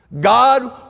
God